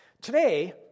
Today